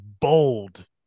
bold